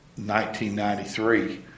1993